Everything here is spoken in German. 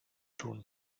tun